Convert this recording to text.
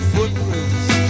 Footprints